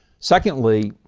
secondly,